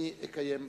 אני אקיים ועדה,